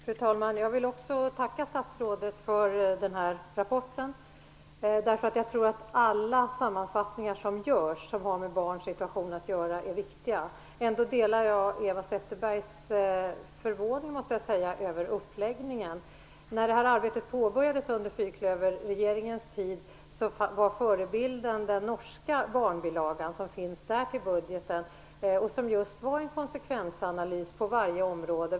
Fru talman! Jag vill också tacka statsrådet för den här rapporten. Alla sammanfattningar som har med barns situation att göra är viktiga. Ändå delar jag Eva Zetterbergs förvåning över uppläggningen. När arbetet påbörjades under fyrklöverregeringens tid hade man den norska barnbilagan som förebild. Den finns med i budgeten och är en konsekvensanalys på varje område.